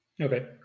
okay